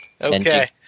Okay